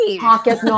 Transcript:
pocket